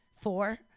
Four